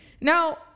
now